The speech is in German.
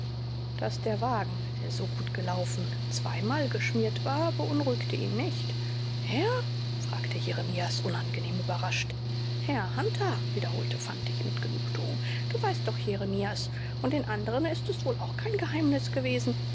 daß der wagen der so gut gelaufen zweimal geschmiert war beunruhigte ihn nicht wer fragte jeremias unangenehm überrascht herr hunter wiederholte fantig mit genugtuung du weißt doch jeremias und den anderen ist es wohl auch kein geheimnis gewesen